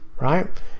right